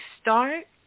start